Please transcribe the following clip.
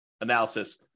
analysis